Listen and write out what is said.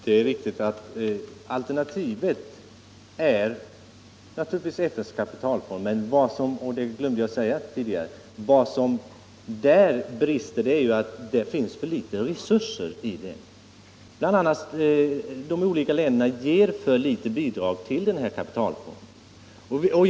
Herr talman! Det är naturligtvis riktigt att alternativet är FN:s kapitalfond. Men — det glömde jag säga tidigare — vad som brister är att det finns för litet resurser i den fonden. De olika länderna ger för litet bidrag till denna kapitalfond.